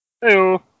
Hello